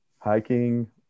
hiking